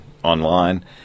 Online